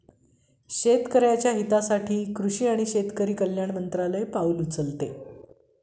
शेतकऱ्याच्या हितासाठी कृषी आणि शेतकरी कल्याण मंत्रालय पाउल उचलते